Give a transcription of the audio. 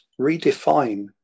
redefine